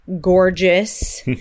gorgeous